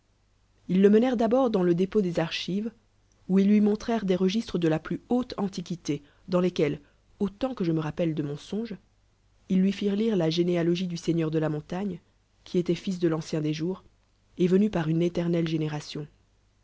ils le menèrent d'abord dans le dépût des archives où ils lui montrèrent des registr de la plus haute antiquité dans lesquels autant que jeu'ine rappelle de mon songe ils lui firent lire la généalogie du seigneur de la montagne qui étoit fils de l'ancien des jours et venu par une